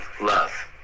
love